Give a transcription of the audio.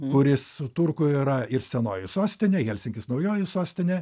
kuris turku yra ir senoji sostinė helsinkis naujoji sostinė